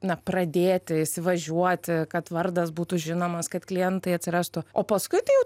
na pradėti įsivažiuoti kad vardas būtų žinomas kad klientai atsirastų o paskui tai jau